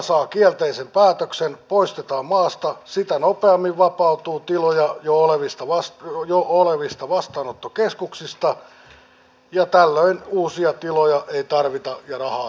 nyt kun todellakin muutoin tilanne yhteiskunnassa on vaikea niin näiden palvelujen piirissä olevien kannalta tämä hallituksen linja ansaitsee erityisen suuren kiitoksen ja rahaa